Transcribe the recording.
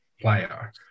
player